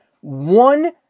One